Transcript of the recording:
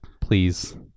please